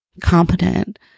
competent